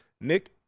Nick